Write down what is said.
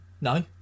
No